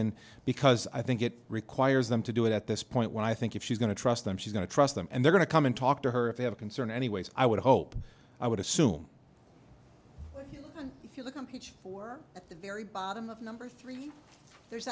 in because i think it requires them to do it at this point when i think if she's going to trust them she's going to trust them and they're going to come and talk to her if they have a concern anyway so i would hope i would assume you know if you look on page four at the very bottom of number three there's